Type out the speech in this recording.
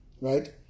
Right